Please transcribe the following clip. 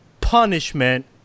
punishment